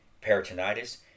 peritonitis